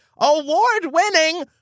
award-winning